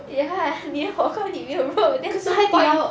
ya 你火锅里没有肉 then no point